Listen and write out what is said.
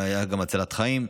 הייתה שם גם הצלת חיים.